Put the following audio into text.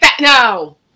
No